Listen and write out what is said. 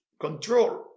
control